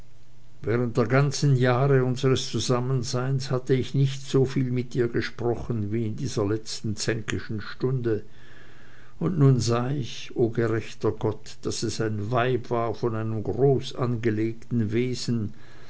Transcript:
während der ganzen jahre unsres zusammenseins hatte ich nicht soviel mit ihr gesprochen wie in dieser letzten zänkischen stunde und nun sah ich o gerechter gott daß es ein weib war von einem groß angelegten wesen